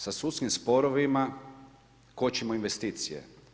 Sa sudskim sporovima kočimo investicije.